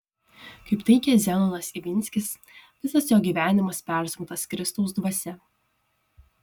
kaip teigia zenonas ivinskis visas jo gyvenimas persunktas kristaus dvasia